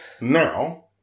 now